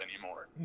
anymore